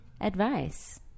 advice